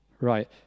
Right